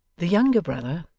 the younger brother,